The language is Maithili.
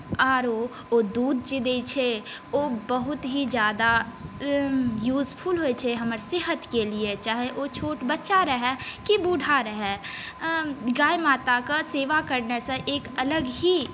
आओर ओ दूध जे दै छै ओ बहुत ही ज्यादा यूजफुल होइ छै हमर सेहतके लिए चाहे ओ छोट बच्चा रहय कि बूढ़ा रहय गाइ माताके सेवा करनेसँ एक अलग ही